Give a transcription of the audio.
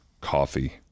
coffee